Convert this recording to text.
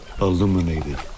illuminated